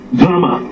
drama